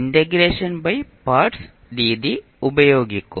integration by parts രീതി ഉപയോഗിക്കും